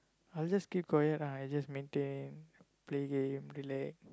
I'll just keep quiet ah I just maintain play game relax